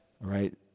Right